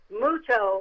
muto